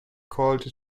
called